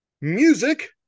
music